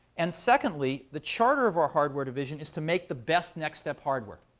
and secondly, the charter of our hardware division is to make the best nextstep hardware.